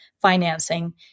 financing